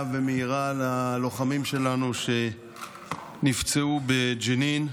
ומהירה ללוחמים שלנו שנפצעו בג'נין,